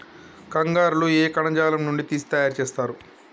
కంగారు లో ఏ కణజాలం నుండి తీసి తయారు చేస్తారు?